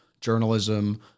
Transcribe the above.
journalism